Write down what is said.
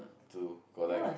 to correct